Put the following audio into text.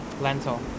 lentil